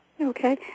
Okay